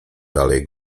dalej